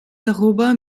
darüber